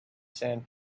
sand